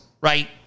right